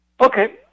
Okay